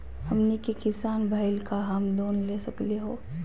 हमनी के किसान भईल, का हम लोन ले सकली हो?